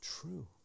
true